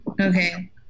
Okay